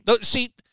See